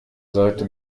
sollte